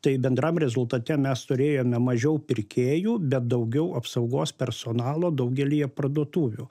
tai bendram rezultate mes turėjome mažiau pirkėjų bet daugiau apsaugos personalo daugelyje parduotuvių